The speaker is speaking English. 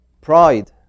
pride